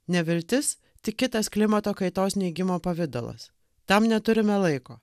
neviltis tik kitas klimato kaitos neigimo pavidalas tam neturime laiko